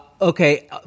Okay